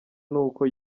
n’uko